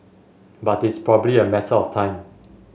but it's probably a matter of time